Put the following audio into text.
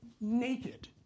naked